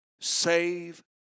save